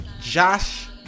Josh